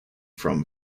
from